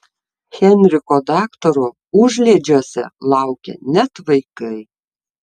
henriko daktaro užliedžiuose laukia net vaikai